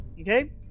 okay